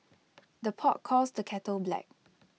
the pot calls the kettle black